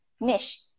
niche